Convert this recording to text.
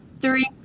three